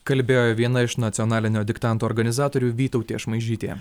kalbėjo viena iš nacionalinio diktanto organizatorė vytautė šmaižytė